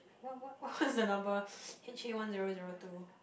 what what what is the number H A three one zero zero two